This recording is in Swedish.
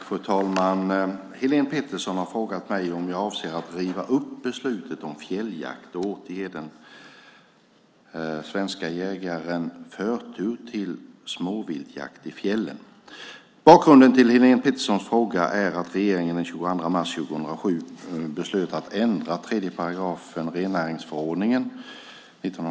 Fru talman! Helén Pettersson i Umeå har frågat mig om jag avser att riva upp beslutet om fjälljakt och åter ge de svenska jägarna förtur till småviltsjakt i fjällen. Bakgrunden till Helén Petterssons fråga är att regeringen den 22 mars 2007 beslöt att ändra 3 § rennäringsförordningen .